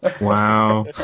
Wow